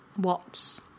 Watts